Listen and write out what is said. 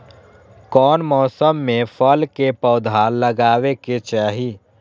कौन मौसम में फल के पौधा लगाबे के चाहि?